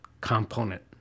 component